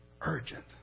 Urgent